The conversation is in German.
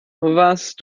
warst